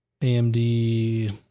AMD